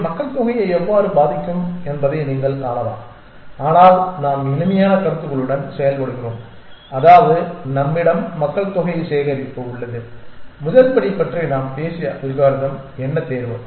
இது மக்கள் தொகையை எவ்வாறு பாதிக்கும் என்பதை நீங்கள் காணலாம் ஆனால் நாம் எளிமையான கருத்துக்களுடன் செயல்படுகிறோம் அதாவது நம்மிடம் மக்கள் தொகை சேகரிப்பு உள்ளது முதல் படி பற்றி நாம் பேசிய அல்காரிதம் என்ன தேர்வு